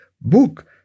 book